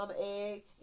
egg